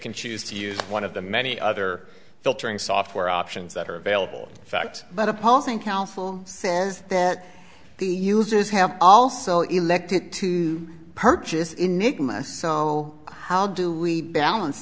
can choose to use one of the many other filtering software options that are available fact that opposing counsel says he uses have also elected to purchase enigmas so how do we balance